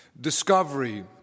Discovery